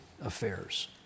affairs